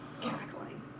cackling